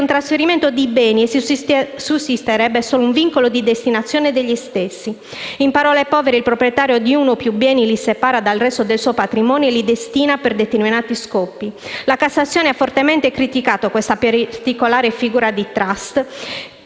un trasferimento di beni e sussisterebbe solo un vincolo di destinazione degli stessi. In parole povere, il proprietario di uno o più beni li separa dal resto del suo patrimonio e li destina per determinati scopi. La Cassazione ha fortemente criticato questa particolare figura di *trust*